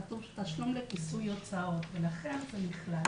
כתוב תשלום לפיצוי הוצאות ולכן זה נכלל